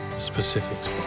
specifics